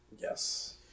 Yes